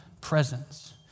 presence